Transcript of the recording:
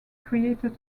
created